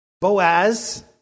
Boaz